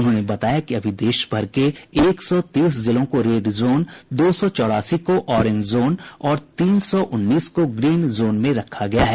उन्होंने बताया कि अभी देश भर के एक सौ तीस जिलों को रेड जोन दो सौ चौरासी को ओरेंज जोन और तीन सौ उन्नीस को ग्रीन जोन में रखा गया है